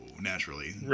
naturally